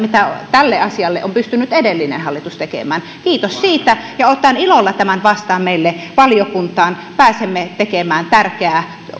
tälle asialle on pystynyt edellinen hallitus tekemään kiitos siitä otan ilolla tämän vastaan meille valiokuntaan pääsemme tekemään tärkeää